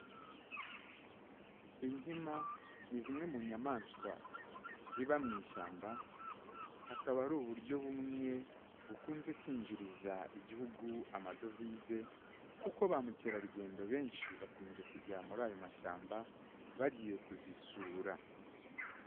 Inkima ni zimwe mu nyamaswa ziba mu ishyamba, akaba ari uburyo bumwe bukunze kwinjiriza igihugu amadovize kuko ba mukerarugendo benshi bakunze kujya muri ayo mashyamba, bagiye kuzisura.